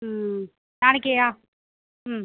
ம் நாளைக்கியா ம்